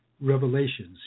revelations